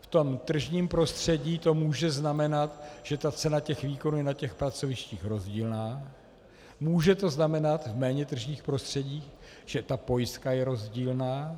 V tržním prostředí to může znamenat, že cena výkonů je na těch pracovištích rozdílná, může to znamenat v méně tržních prostředích, že ta pojistka je rozdílná.